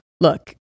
Look